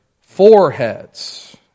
foreheads